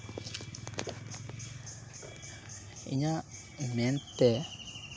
ᱤᱧᱟᱹᱜ ᱢᱮᱱᱛᱮ